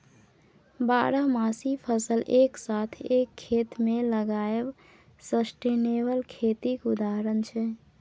बारहमासी फसल एक साथ एक खेत मे लगाएब सस्टेनेबल खेतीक उदाहरण छै